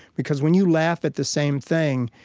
because when you laugh at the same thing,